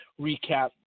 recap